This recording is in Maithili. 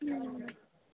ओ